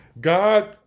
God